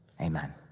Amen